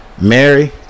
Mary